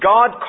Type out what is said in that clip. God